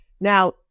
Now